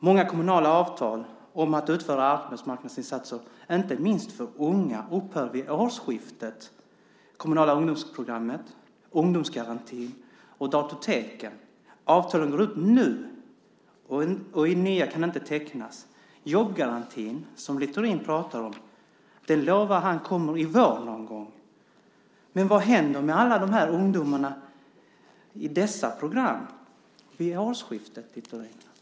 Många kommunala avtal om att utföra arbetsmarknadsinsatser inte minst för unga upphör vid årsskiftet, som kommunala ungdomsprogrammet, ungdomsgarantin och datorteken. Avtalen upphör nu, och nya kan inte tecknas. Jobbgarantin, som Littorin pratar om, lovar han kommer i vår någon gång. Men vad händer med alla dessa ungdomar i dessa program vid årsskiftet, Littorin?